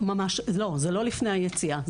לא, זה לא לפני היציאה.